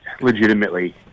legitimately